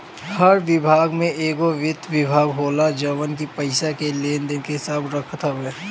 हर विभाग में एगो वित्त विभाग होला जवन की पईसा के लेन देन के हिसाब रखत हवे